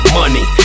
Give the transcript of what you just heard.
money